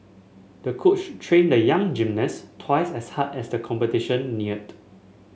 the coach trained the young gymnast twice as hard as the competition neared